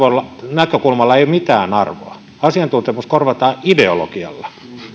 näkökulmalla ei ole mitään arvoa asiantuntemus korvataan ideologialla